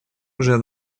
уже